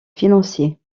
financiers